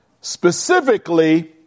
Specifically